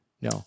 No